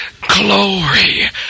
glory